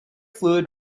fluid